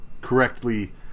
correctly